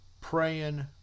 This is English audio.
praying